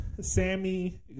Sammy